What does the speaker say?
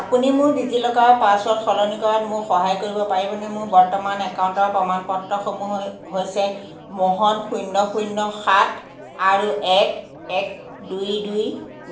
আপুনি মোৰ ডিজিলকাৰৰ পাছৱৰ্ড সলনি কৰাত মোক সহায় কৰিব পাৰিবনে মোৰ বৰ্তমানৰ একাউণ্টৰ প্ৰমাণপত্ৰসমূহ হৈছে মোহন শূন্য শূন্য সাত আৰু এক এক দুই দুই